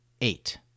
eight